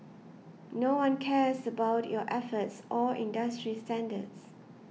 no one cares about your efforts or industry standards